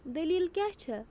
دٔلیٖل کیٛاہ چھےٚ